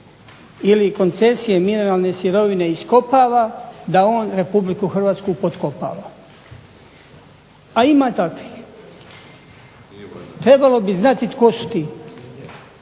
ili koncesije mineralne sirovine iskopava, da on RH potkopava. A ima takvih. Trebalo bi znati tko su ti.